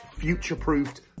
future-proofed